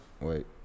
Wait